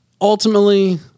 Ultimately